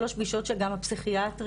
שלוש פגישות שגם הפסיכיאטרית,